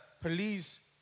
police